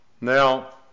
Now